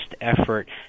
effort